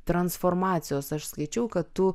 transformacijos aš skaičiau kad tu